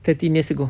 thirteen years ago